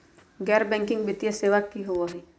गैर बैकिंग वित्तीय सेवा की होअ हई?